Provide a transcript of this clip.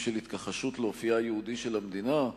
של התכחשות לאופיה היהודי של המדינה,